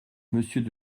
monsieur